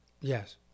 Yes